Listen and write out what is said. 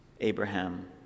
Abraham